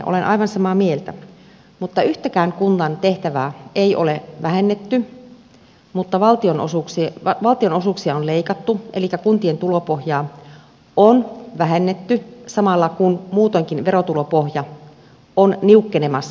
olen aivan samaa mieltä mutta yhtäkään kunnan tehtävää ei ole vähennetty mutta valtionosuuksia on leikattu elikkä kuntien tulopohjaa on vähennetty samalla kun muutoinkin verotulopohja on niukkenemassa